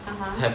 (uh huh)